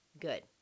good